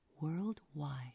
worldwide